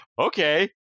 okay